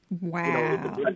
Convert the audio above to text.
wow